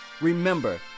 Remember